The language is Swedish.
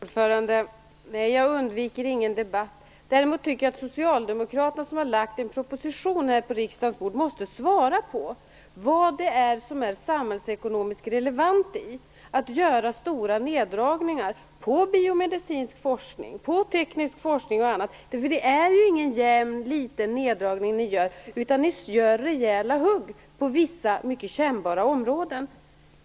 Herr talman! Nej, jag undviker ingen debatt. Däremot tycker jag att Socialdemokraterna, som har lagt fram en proposition på riksdagens bord, måste svara på vad det är som är samhällsekonomiskt relevant i att göra stora neddragningar på bl.a. biomedicinsk och teknisk forskning. Det är ju ingen jämn, liten neddragning ni gör, utan ni gör rejäla hugg på vissa mycket kännbara områden.